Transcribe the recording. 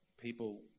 People